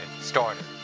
starter